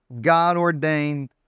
God-ordained